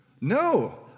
No